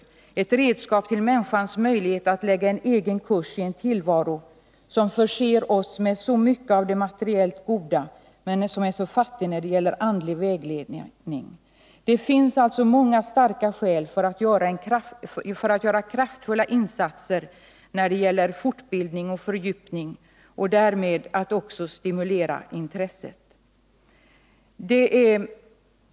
Det blir ett redskap till människans möjlighet att lägga en egen kurs i en tillvaro som förser oss med så mycket av det materiellt goda men som är så fattig när det gäller andlig vägledning. Det finns alltså många starka skäl för att göra kraftfulla insatser när det gäller fortbildning och fördjupning och därmed också stimulera intresset.